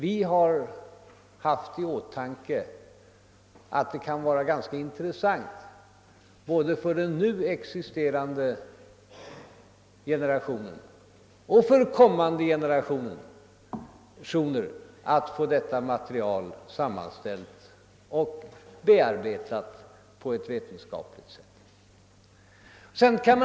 Vi har haft i åtanke att det kan vara ganska intressant, både för den nu existerande generationen och för kommande generationer, att få detta material sammanställt och bearbetat på ett vetenskapligt sätt.